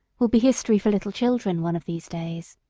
will be history for little children one of these days.